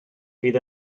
fydd